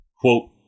Quote